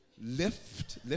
lift